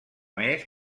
més